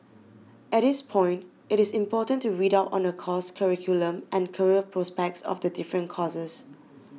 at this point it is important to read out on the course curriculum and career prospects of the different courses